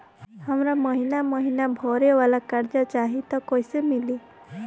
हमरा महिना महीना भरे वाला कर्जा चाही त कईसे मिली?